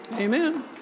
Amen